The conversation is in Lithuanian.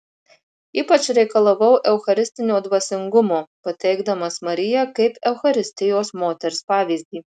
ypač reikalavau eucharistinio dvasingumo pateikdamas mariją kaip eucharistijos moters pavyzdį